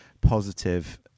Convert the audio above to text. positive